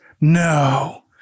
no